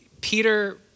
Peter